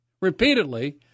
Repeatedly